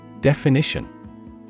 Definition